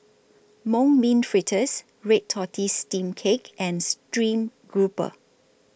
Mung Bean Fritters Red Tortoise Steamed Cake and Stream Grouper